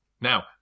Now